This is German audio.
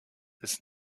ist